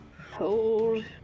hold